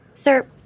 Sir